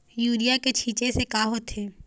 Urea के छींचे से का होथे?